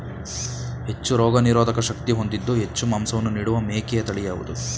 ಹೆಚ್ಚು ರೋಗನಿರೋಧಕ ಶಕ್ತಿ ಹೊಂದಿದ್ದು ಹೆಚ್ಚು ಮಾಂಸವನ್ನು ನೀಡುವ ಮೇಕೆಯ ತಳಿ ಯಾವುದು?